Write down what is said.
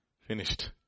Finished